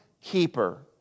keeper